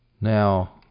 Now